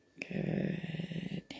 Good